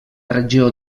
regió